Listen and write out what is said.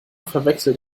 verwechselt